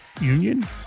union